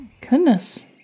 Goodness